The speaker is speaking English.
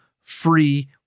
free